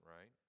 right